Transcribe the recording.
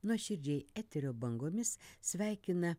nuoširdžiai eterio bangomis sveikina